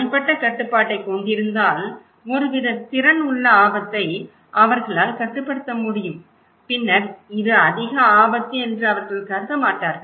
தனிப்பட்ட கட்டுப்பாட்டைக் கொண்டிருந்தால் ஒருவித திறன் உள்ள ஆபத்தை அவர்களால் கட்டுப்படுத்த முடியும் பின்னர் இது அதிக ஆபத்து என்று அவர்கள் கருத மாட்டார்கள்